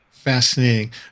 fascinating